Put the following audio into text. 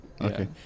Okay